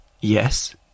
Yes